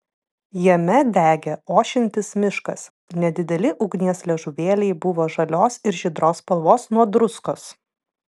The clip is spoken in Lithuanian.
jame degė ošiantis miškas nedideli ugnies liežuvėliai buvo žalios ir žydros spalvos nuo druskos